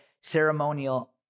ceremonial